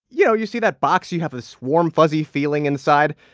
you know, you see that box. you have this warm, fuzzy feeling inside.